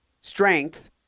strength